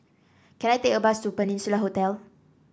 can I take a bus to Peninsula Hotel